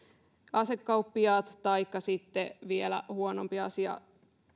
asekauppiaat taikka sitten yhtä huono ellei vielä huonompi asia